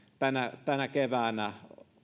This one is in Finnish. tänä tänä keväänä edessämme